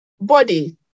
body